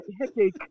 headache